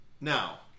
Now